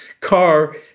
car